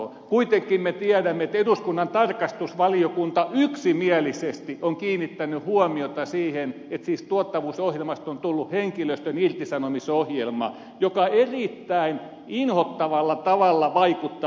kuitenkin me tiedämme että eduskunnan tarkastusvaliokunta yksimielisesti on kiinnittänyt huomiota siihen että tuottavuusohjelmasta on tullut henkilöstön irtisanomisohjelma joka erittäin inhottavalla tavalla vaikuttaa